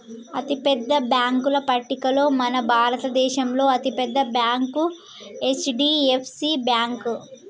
అతిపెద్ద బ్యేంకుల పట్టికలో మన భారతదేశంలో అతి పెద్ద బ్యాంక్ హెచ్.డి.ఎఫ్.సి బ్యేంకు